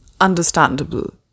Understandable